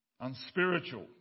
unspiritual